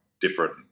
different